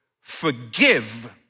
forgive